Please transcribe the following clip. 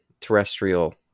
terrestrial